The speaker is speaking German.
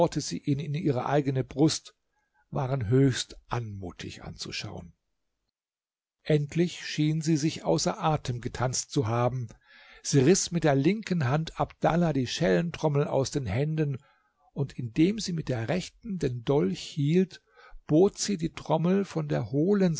in ihre eigene brust waren höchst anmutig anzuschauen endlich schien sie sich außer atem getanzt zu haben sie riß mit der linken hand abdallah die schellentrommel aus den händen und indem sie mit der rechten den dolch hielt bot sie die trommel von der hohlen